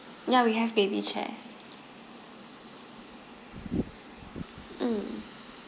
ya we have baby chairs mm